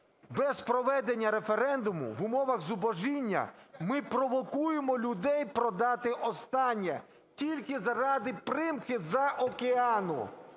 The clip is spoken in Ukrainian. без проведення референдуму в умовах зубожіння, ми провокуємо людей продати останнє тільки заради примхи з-за океану.